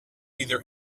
either